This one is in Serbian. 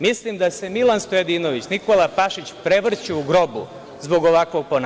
Mislim da se Milan Stojadinović, Nikola Pašić prevrću u grobu zbog ovakvog ponašanja.